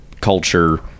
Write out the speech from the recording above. culture